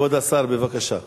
כבוד השר, בבקשה.